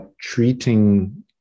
treating